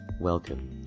Welcome